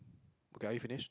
okay are you finished